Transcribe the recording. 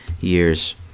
years